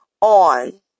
on